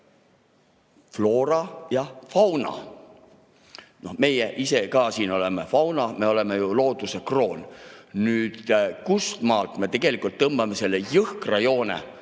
floora ja fauna. Meie ise ka siin oleme fauna, me oleme ju looduse kroon. Aga kust maalt me tõmbame selle jõhkra joone,